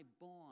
bond